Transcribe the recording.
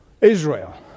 Israel